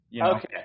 Okay